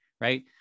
right